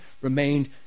remained